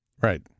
Right